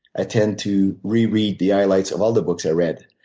i tend to reread the highlights of all the books i read.